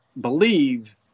believe